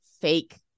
fake